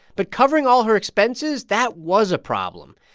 but covering all her expenses that was a problem.